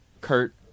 Kurt